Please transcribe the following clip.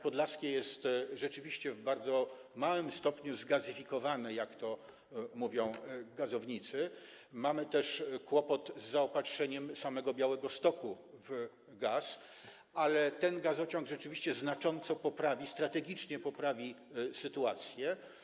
Podlaskie jest rzeczywiście w bardzo małym stopniu zgazyfikowane, jak to mówią gazownicy, mamy też kłopot z zaopatrzeniem samego Białegostoku w gaz, ale ten gazociąg rzeczywiście znacząco strategicznie poprawi sytuację.